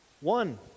One